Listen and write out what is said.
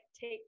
take